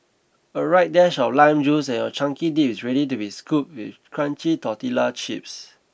a right dash of lime juice and your chunky dip is ready to be scooped with crunchy tortilla chips